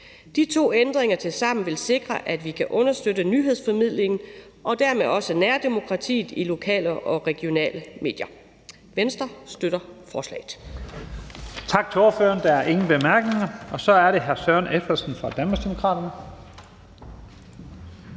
De to ændringer vil tilsammen sikre, at vi kan understøtte nyhedsformidlingen og dermed også nærdemokratiet gennem lokale og regionale medier. Venstre støtter forslaget.